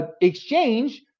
exchange